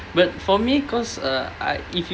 but for me because uh I if you